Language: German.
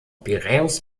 piräus